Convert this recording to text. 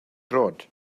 droed